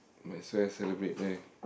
might as well celebrate right